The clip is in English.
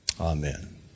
Amen